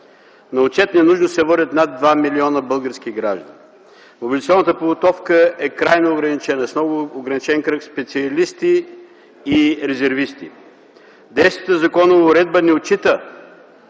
На отчет е нужно да се водят над 2 млн. български граждани. Мобилизационната подготовка е крайно ограничена, с много ограничен кръг специалисти и резервисти. Действащата законова уредба не отчита